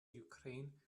ukraine